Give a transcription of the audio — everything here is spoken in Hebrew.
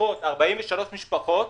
43 משפחות,